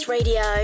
Radio